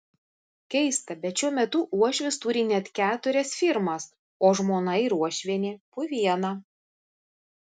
keista bet šiuo metu uošvis turi net keturias firmas o žmona ir uošvienė po vieną